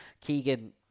Keegan